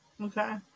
Okay